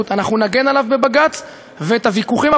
ומותר לה לחוקק את החוק הזה, שהיא חושבת שהוא